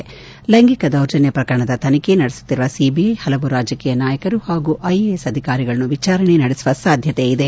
ಲ್ಲೆಂಗಿಕ ದೌರ್ಜನ್ನ ಪ್ರಕರಣದ ತನಿಖೆ ನಡೆಸುತ್ತಿರುವ ಸಿಬಿಐ ಹಲವು ರಾಜಕೀಯ ನಾಯಕರು ಹಾಗೂ ಐಎಎಸ್ ಅಧಿಕಾರಿಗಳನ್ನು ವಿಚಾರಣೆ ನಡೆಸುವ ಸಾಧ್ಯತೆ ಇದೆ